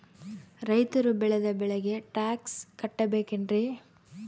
ರೈತರು ಬೆಳೆದ ಬೆಳೆಗೆ ಟ್ಯಾಕ್ಸ್ ಕಟ್ಟಬೇಕೆನ್ರಿ?